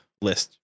list